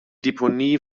deponie